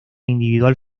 individual